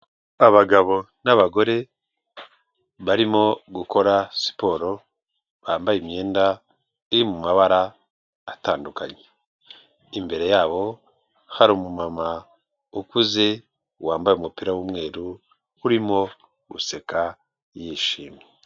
Abagabo n'abagore barimo gukora siporo bambaye imyenda iri mu mabara atandukanye, imbere yabo hari umumama ukuze wambaye umupira w'umweru urimo guseka yishimye.